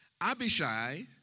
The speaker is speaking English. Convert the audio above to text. Abishai